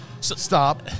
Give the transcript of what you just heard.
stop